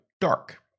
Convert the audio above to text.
dark